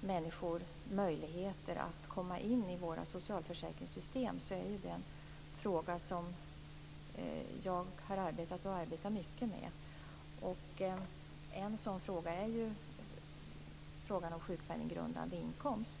människor möjlighet att komma in i våra socialförsäkringssystem är en fråga som jag har arbetat och arbetar mycket med. En sådan fråga är frågan om sjukpenninggrundande inkomst.